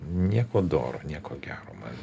nieko doro nieko gero man